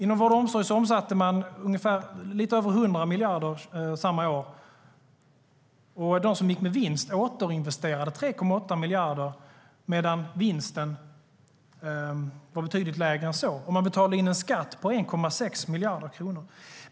Inom vård och omsorg omsatte man lite över 100 miljarder samma år, och de som gick med vinst återinvesterade 3,8 miljarder medan vinsten var betydligt lägre än så. Man betalade också in skatt på 1,6 miljarder kronor.